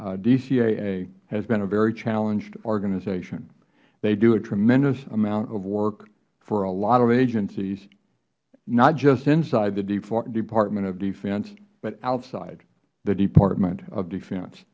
dcaa has been a very challenged organization they do a tremendous amount of work for a lot of agencies not just inside the department of defense but outside the department of defense